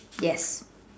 yes